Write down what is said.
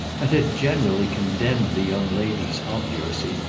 and had generally condemned the young lady's obduracy,